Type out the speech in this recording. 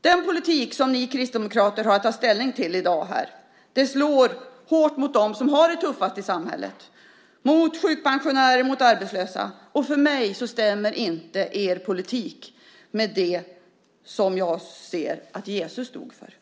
Den politik som ni kristdemokrater har att ta ställning till i dag slår hårt mot dem som har det tuffast i samhället, mot sjukpensionärer, mot arbetslösa. För mig stämmer inte er politik med det som jag ser att Jesus stod för.